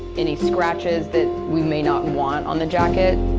any scratches that we may not want on the jacket.